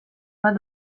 bat